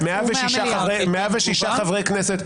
אנחנו חייבים הרתעה משמעותית.